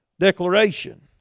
Declaration